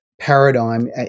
paradigm